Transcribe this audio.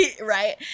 Right